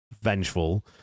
vengeful